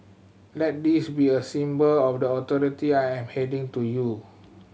let this be a symbol of the authority I am handing to you